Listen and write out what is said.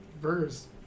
Burgers